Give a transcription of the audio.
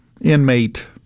inmate